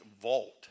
vault